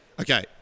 Okay